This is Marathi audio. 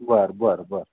बरं बरं बरं